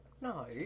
No